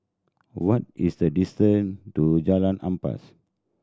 what is the distance to Jalan Ampas